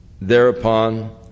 thereupon